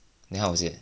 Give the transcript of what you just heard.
then how was it